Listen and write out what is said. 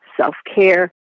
self-care